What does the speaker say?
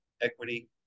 equity